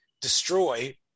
Destroy